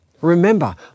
Remember